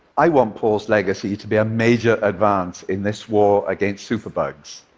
i want paul's legacy to be a major advance in this war against superbugs.